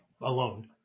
alone